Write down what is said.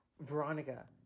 Veronica